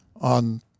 on